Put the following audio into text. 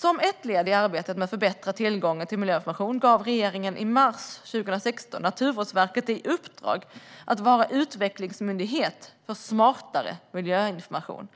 Som ett led i arbetet med att förbättra tillgången till miljöinformation gav regeringen i mars 2016 Naturvårdsverket i uppdrag att vara utvecklingsmyndighet för smartare miljöinformation.